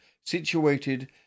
situated